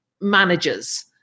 managers